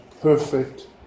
perfect